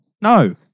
No